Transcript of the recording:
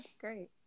Great